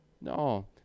No